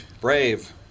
Brave